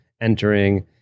entering